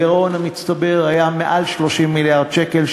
הגירעון המצטבר היה מעל 30 מיליארד שקל,